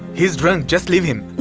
he's drunk. just leave him.